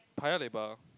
Paya-Lebar